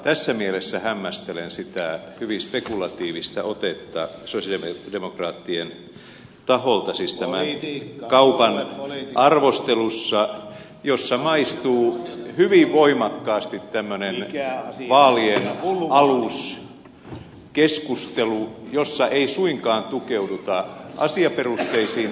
tässä mielessä hämmästelen sitä hyvin spekulatiivista otetta sosialidemokraattien taholta tämän kaupan arvostelussa jossa maistuu hyvin voimakkaasti tämmöinen vaalienaluskeskustelu jossa ei suinkaan tukeuduta asiaperusteisiin lähtökohtiin